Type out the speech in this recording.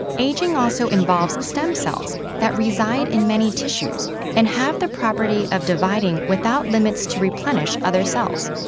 aging also involves stem cells that reside in many tissues and have the property of dividing without limits to replenish other cells.